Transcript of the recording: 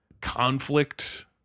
conflict